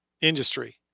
Industry